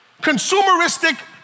consumeristic